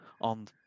on